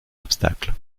obstacles